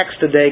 today